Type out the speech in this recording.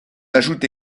ajoute